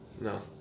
No